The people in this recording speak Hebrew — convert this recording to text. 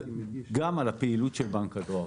גם על הפעילות של בנק הדואר.